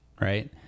Right